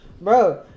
Bro